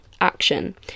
action